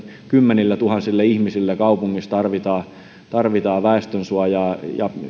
kymmenilletuhansille ihmisille kaupungissa tarvitaan tarvitaan väestönsuojaa